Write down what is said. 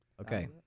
Okay